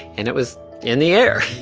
and it was in the air.